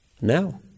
now